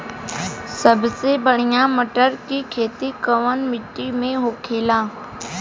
सबसे बढ़ियां मटर की खेती कवन मिट्टी में होखेला?